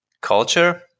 culture